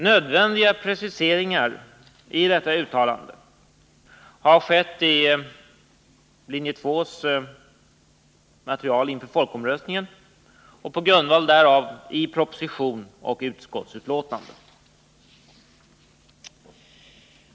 Nödvändiga preciseringar i dessa uttalanden har skett i linje 2:s material inför folkomröstningen och på grundval därav i proposition och utskottsbetänkande.